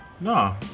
No